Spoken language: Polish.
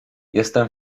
jestem